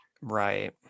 right